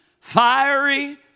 fiery